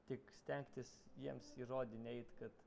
tik stengtis jiems į žodį neit kad